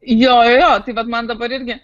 jo jo tai vat man dabar irgi